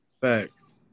Thanks